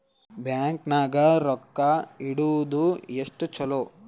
Bank ನಾಗ ರೊಕ್ಕ ಇಡುವುದು ಎಷ್ಟು ಚಲೋ?